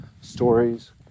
stories